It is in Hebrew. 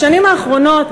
בשנים האחרונות,